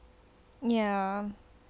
ya